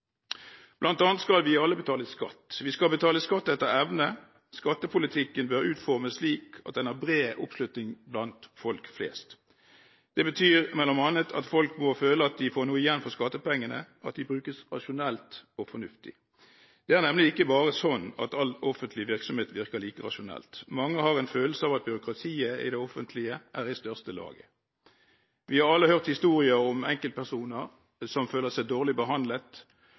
annet skal vi alle betale skatt. Vi skal betale skatt etter evne. Skattepolitikken bør utformes slik at den har bred oppslutning blant folk flest. Det betyr bl.a. at folk må føle at de får noe igjen for skattepengene, at de brukes rasjonelt og fornuftig. Det er nemlig ikke bare sånn at all offentlig virksomhet virker like rasjonelt. Mange har en følelse av at byråkratiet i det offentlige er i største laget. Vi har alle hørt historier om enkeltpersoner som føler seg dårlig behandlet,